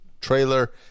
trailer